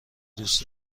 دوست